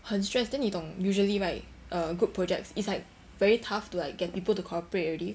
很 stress then 你懂 usually right err group projects it's like very tough to like get people to cooperate already